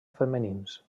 femenins